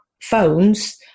phones